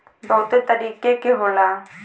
बहुते तरीके के होला